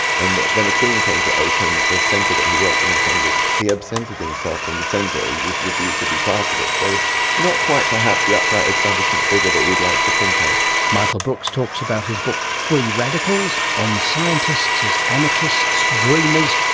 and when the queen came to open the centre that he worked in in cambridge, he absented himself from the centre, he just refused to be part of it. so not quite perhaps the upright establishment figure that we'd like to think of. michael brooks talks about his book free radicals, on scientists as anarchists, dreamers,